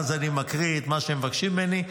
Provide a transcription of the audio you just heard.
ואז אני מקריא מה שמבקשים ממני.